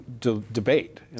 debate